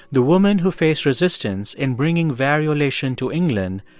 the woman who faced resistance in bringing variolation to england,